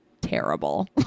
terrible